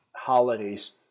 holidays